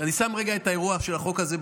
אני שם רגע את האירוע של החוק הזה בצד,